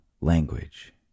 Language